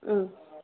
ఆ